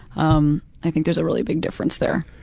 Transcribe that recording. um i think there's a really big difference there.